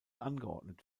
angeordnet